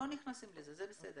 משהו אחר.